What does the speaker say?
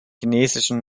chinesischen